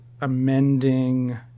amending